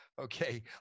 Okay